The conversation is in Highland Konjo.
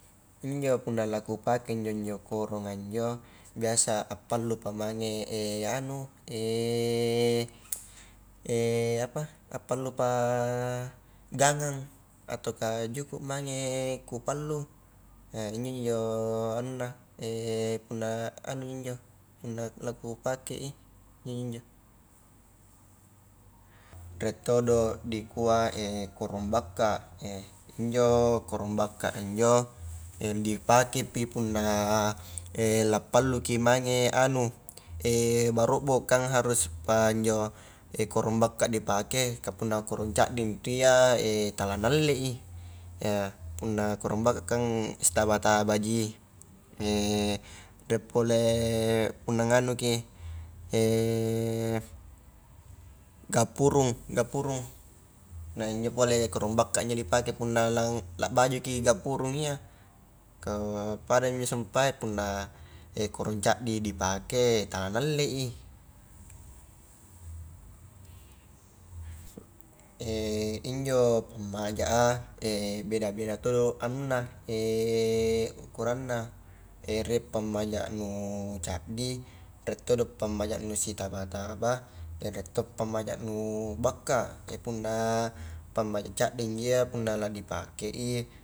Injo punna la kupake injo-njo koronga injo, biasa appallupa mange anu apa appalupa gangang, atauka juku mange kupallu injomi-injo anunna punna anumi injo punna la kupake i injoji-njo, riek todo dikua korong bakka, injo korong bakka injo, dipakepi punna la palluki mange anu, barobbo kang haruspa njo korong bakka dipake, ka punna korong caddi intu iya tala na allei, ya punna korong bakka kan sitaba-tabaji, rie pole, punna nganuki gapurung- gapurung, nah injo pole korong bakka ni pake punna la-lakbajuki gapurung iya, ka pada miinjo sumpae punna korong caddi dipake tala na allei, injo pammaja a beda-beda todo anunna ukuranna, riek pammaja nu caddi, riek todo pammaja nu sitaba-taba, riek to pammaja nu bakka, punna pammaja caddi njo iya punna la di pakei